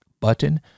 button